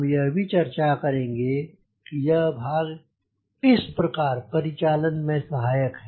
हम यह भी चर्चा करेंगे कि यह भाग किस प्रकार परिचालन में सहायक है